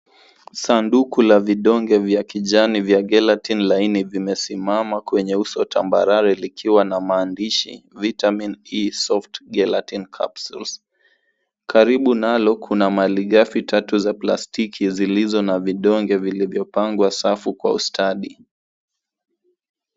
Sanduku la vidonge vya kijani vya Gelatin laini vimesimama kwenye uso tambarare likiwa na maandishi Vitamin E Soft Gelatin Capsules. Karibu nalo kuna malighafi tatu za plastiki zilizo na vidonge vilivyopangwa safu kwa ustadi.